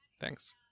Thanks